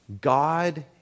God